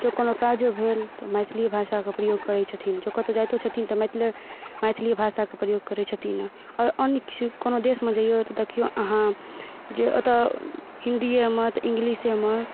जँ कोनो काजो भेल तऽ मैथिलिये भाषाके प्रयोग करय छथिन जँ कतहु जाइतो छथिन तऽ मैथिली मैथिलिये भाषाके प्रयोग करय छथिन आओर अन्य किसी कोनो देशमे जइयौ तऽ देखिऔ अहाँ एतऽ हिन्दियेमे तऽ इंग्लिशेमे